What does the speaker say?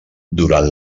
durant